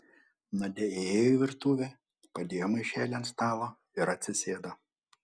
nadia įėjo į virtuvę padėjo maišelį ant stalo ir atsisėdo